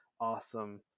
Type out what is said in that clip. awesome